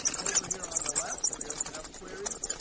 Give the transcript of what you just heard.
over here on the left, we open up queries,